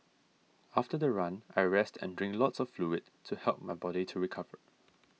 after the run I rest and drink lots of fluid to help my body to recover